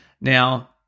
Now